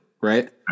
Right